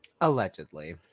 Allegedly